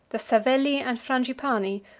the savelli and frangipani,